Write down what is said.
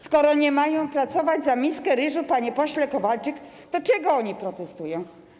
Skoro nie mają pracować za miskę ryżu, panie pośle Kowalczyk, to dlaczego oni protestują?